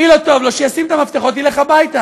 מי שלא טוב לו, שישים את המפתחות וילך הביתה.